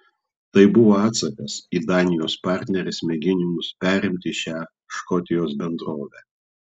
tai buvo atsakas į danijos partnerės mėginimus perimti šią škotijos bendrovę